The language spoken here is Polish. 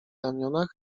ramionach